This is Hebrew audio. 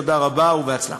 תודה רבה ובהצלחה.